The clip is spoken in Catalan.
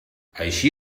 així